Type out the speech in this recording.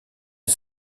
est